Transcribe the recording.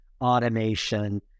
automation